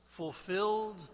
Fulfilled